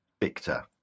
Victor